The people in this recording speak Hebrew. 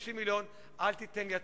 ל-250 מיליון, אל תיתן ידך.